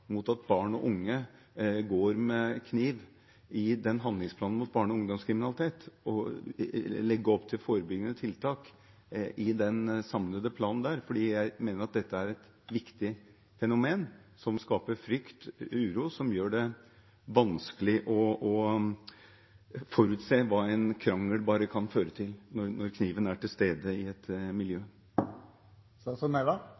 mot at barn og unge går med kniv, og legge opp til forebyggende tiltak i den samlede planen. Jeg mener dette er et viktig fenomen som skaper frykt og uro. Det gjør det vanskelig å forutse hva en krangel kan føre til når kniven er til stede i et